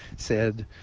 said,